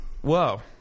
whoa